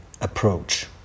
approach